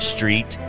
Street